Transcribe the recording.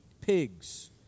pigs